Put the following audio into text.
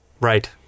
Right